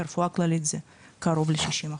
ברפואה כללית זה קרוב ל-60%.